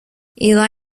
eli